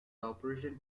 operation